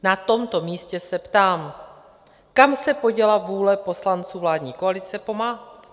Na tomto místě se ptám kam se poděla vůle poslanců vládní koalice pomáhat?